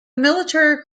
military